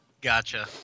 Gotcha